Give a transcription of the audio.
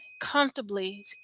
comfortably